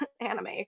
anime